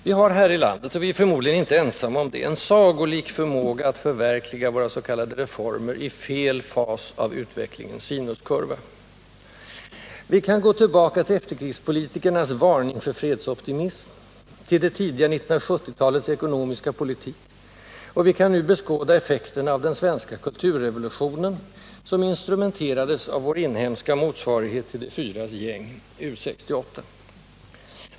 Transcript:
Vi har här i landet — och vi är förmodligen inte ensamma om det —-en sagolik förmåga att förverkliga våra s.k. reformer i fel fas av utvecklingens sinuskurva. Vi kan gå tillbaka till efterkrigspolitikernas varning för fredsoptimism, till det tidiga 1970-talets ekonomiska politik och vi kan nu beskåda effekten av den svenska kulturrevolutionen, som instrumenterades av vår inhemska motsvarighet till ”de fyras gäng” — U 68.